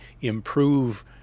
improve